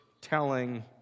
telling